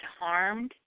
harmed